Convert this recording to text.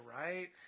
right